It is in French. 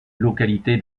localité